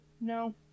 No